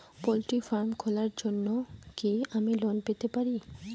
Poultry farm খোলার জন্য কি আমি লোন পেতে পারি?